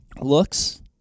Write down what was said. looks